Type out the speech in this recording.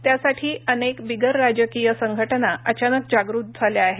त्यासाठी अनेक बिगरराजकीय संघटना अचानक जागृत झाल्या आहेत